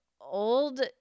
old